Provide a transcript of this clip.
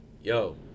yo